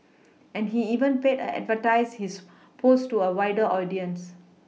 and he even paid a advertise his post to a wider audience